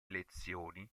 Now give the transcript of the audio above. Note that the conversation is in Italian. elezioni